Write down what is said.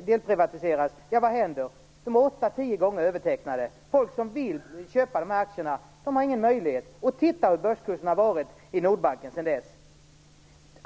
delprivatiseras? Aktierna blev åtta-tio gånger övertecknade. Folk som ville köpa aktierna hade ingen möjlighet. Titta hur börskursen för Nordbanken har varit sedan dess!